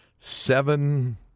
seven